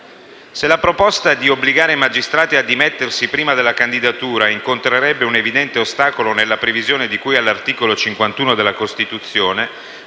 Se la proposta di obbligare i magistrati a dimettersi prima della candidatura incontrerebbe un evidente ostacolo nella previsione di cui all'articolo 51 della Costituzione,